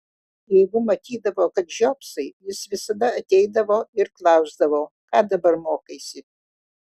jeigu matydavo kad žiopsai jis visada ateidavo ir klausdavo ką dabar mokaisi